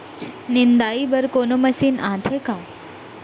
निंदाई बर कोनो मशीन आथे का?